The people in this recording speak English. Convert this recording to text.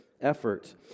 efforts